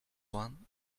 one